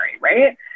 right